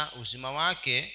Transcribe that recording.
uzimawake